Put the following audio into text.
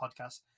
Podcast